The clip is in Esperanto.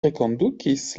rekondukis